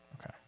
okay